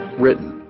written